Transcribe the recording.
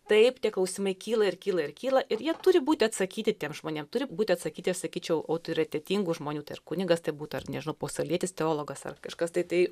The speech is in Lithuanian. taip tie klausimai kyla ir kyla ir kyla ir jie turi būti atsakyti tiem žmonėm turi būti atsakyti sakyčiau autoritetingų žmonių tai ar kunigas tai būtų ar nežinau pasaulietis teologas ar kažkas tai tai